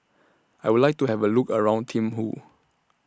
I Would like to Have A Look around Thimphu